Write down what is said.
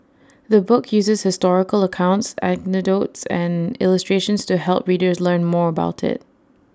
the book uses historical accounts anecdotes and illustrations to help readers learn more about IT